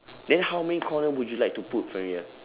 then how many corner would you like to put for your